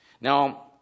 Now